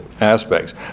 aspects